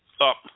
up